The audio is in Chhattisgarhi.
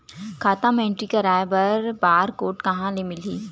खाता म एंट्री कराय बर बार कोड कहां ले मिलही?